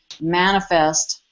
manifest